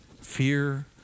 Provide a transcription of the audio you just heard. fear